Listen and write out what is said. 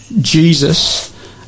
Jesus